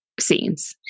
scenes